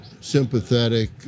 sympathetic